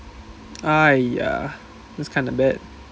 !aiya! that's kind of bad